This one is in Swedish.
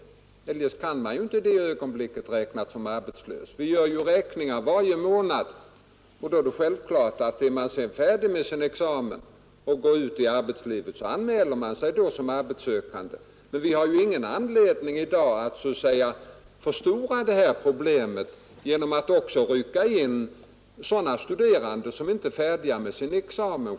I annat fall kan han i det ögonblicket inte räknas som arbetslös. Vi gör sådana räkningar varje månad, och när någon är färdig med sin examen och redo att gå ut i arbetslivet kan han anmäla sig som arbetssökande. Vi har ju räkna in sådana studerande, som inte är färdiga med sin examen.